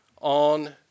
on